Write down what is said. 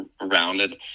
rounded